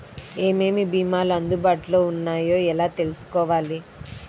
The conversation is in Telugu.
ఏమేమి భీమాలు అందుబాటులో వున్నాయో ఎలా తెలుసుకోవాలి?